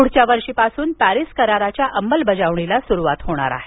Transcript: पुढच्या वर्षीपासून पॅरीस कराराच्या अंमलबजावणीला सुरुवात होणार आहे